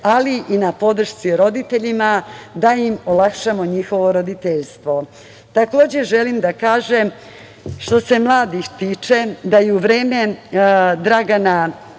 ali i na podršci roditeljima, da im olakšamo njihovo roditeljstvo. Takođe, želim da kažem, što se mladih tiče, da je u vreme Dragan